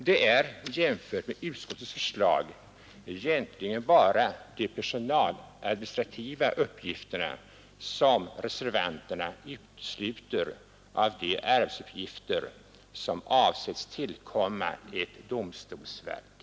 Det är, jämfört med utskottets förslag, egentligen bara de 5 maj 1972 personaladministrativa uppgifterna som reservanterna utesluter av de RM arbetsuppgifter som avsetts tillkomma ett domstolsverk.